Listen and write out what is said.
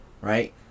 right